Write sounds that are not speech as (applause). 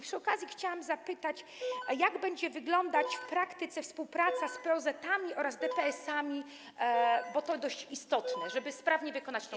Przy okazji chciałabym zapytać, (noise) jak będzie wyglądać w praktyce współpraca z POZ-ami oraz DPS-ami, bo to dość istotne, żeby sprawnie wykonać tę ustawę.